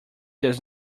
does